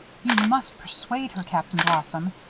you must persuade her, captain blossom.